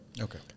Okay